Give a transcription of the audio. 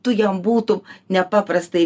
tu jam būtų nepaprastai